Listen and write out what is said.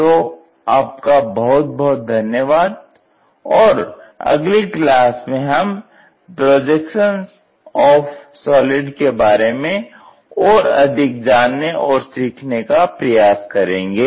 तो आपका बहुत बहुत धन्यवाद और अगली क्लास में हम प्रोजेक्शन आफ सॉलिड्स के बारे में और अधिक जानने और सीखने का प्रयास करेंगे